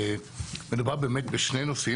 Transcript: מדובר באמת בשני נושאים,